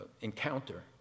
encounter